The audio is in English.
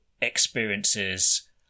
experiences